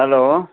hello